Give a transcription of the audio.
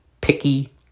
picky